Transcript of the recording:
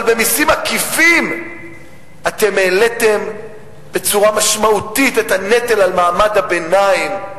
אבל במסים עקיפים אתם העליתם בצורה משמעותית את הנטל על מעמד הביניים?